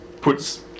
puts